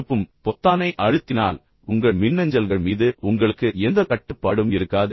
அனுப்பும் பொத்தானை அழுத்தினால் உங்கள் மின்னஞ்சல்கள் மீது உங்களுக்கு எந்த கட்டுப்பாடும் இருக்காது